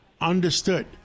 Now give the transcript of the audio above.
Understood